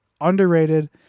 underrated